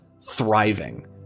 thriving